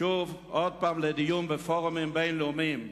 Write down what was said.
עוד פעם לדיון בפורומים בין-לאומיים,